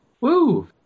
Woo